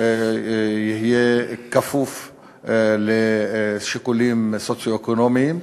יהיה כפוף לשיקולים סוציו-אקונומיים.